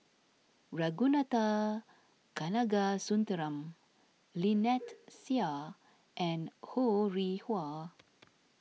Ragunathar Kanagasuntheram Lynnette Seah and Ho Rih Hwa